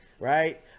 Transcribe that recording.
Right